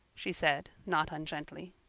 she said not ungently.